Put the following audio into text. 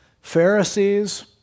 Pharisees